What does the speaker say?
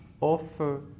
offer